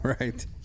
Right